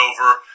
over